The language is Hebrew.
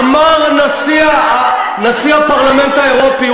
אמר נשיא הפרלמנט האירופי,